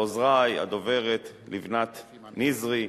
לעוזרי, הדוברת, הגברת לבנת נזרי,